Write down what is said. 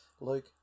Luke